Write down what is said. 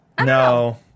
No